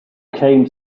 came